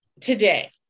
today